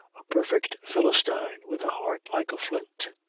a perfect philistine with a heart like a flint.